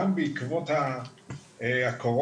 גם בעקבות הקורונה,